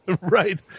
Right